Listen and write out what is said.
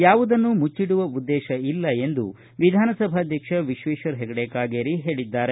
ಯಾವುದನ್ನೂ ಮುಚ್ಚಿಡುವ ಉದ್ದೇಶ ಇಲ್ಲ ಎಂದು ವಿಧಾನಸಭಾಧ್ಯಕ್ಷ ವಿಶ್ವೇಶ್ವರ ಹೆಗಡೆ ಕಾಗೇರಿ ಹೇಳಿದ್ದಾರೆ